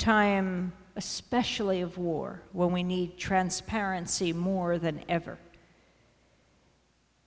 time especially of war when we need transparency more than ever